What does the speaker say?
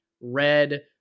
red